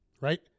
Right